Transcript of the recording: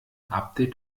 update